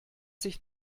sich